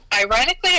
Ironically